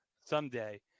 Someday